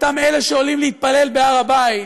אותם אלה שעולים להתפלל בהר הבית,